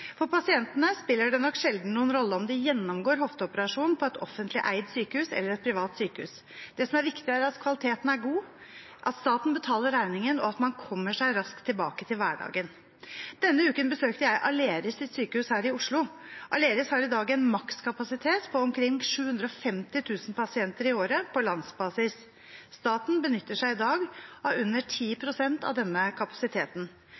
For pasientene spiller det nok sjelden noen rolle om de gjennomgår hofteoperasjon på et offentlig eid sykehus eller et privat sykehus. Det som er viktig, er at kvaliteten er god, at staten betaler regningen, og at man kommer seg raskt tilbake til hverdagen. Denne uken besøkte jeg Aleris’ sykehus her i Oslo. Aleris har i dag en makskapasitet på omkring 750 000 pasienter i året på landsbasis. Staten benytter seg i dag av under 10 pst. av denne kapasiteten.